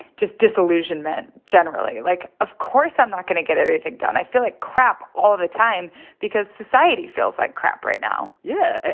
just disillusionment, generally. like, of course i'm not going to get everything done. i feel like crap all the time because society feels like crap right now yeah.